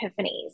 epiphanies